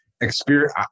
experience